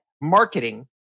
marketing